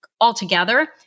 Altogether